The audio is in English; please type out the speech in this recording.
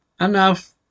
enough